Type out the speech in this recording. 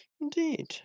Indeed